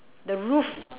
the roof